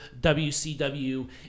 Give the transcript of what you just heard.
WCW